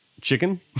chicken